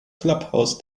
clubhouse